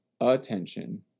attention